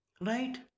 Right